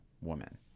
woman